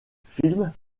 films